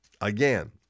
Again